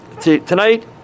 Tonight